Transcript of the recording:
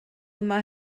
yma